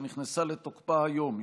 שנכנסה לתוקפה היום,